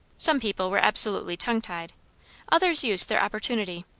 some people were absolutely tongue-tied others used their opportunity.